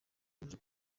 yavuze